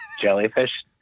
Jellyfish